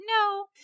No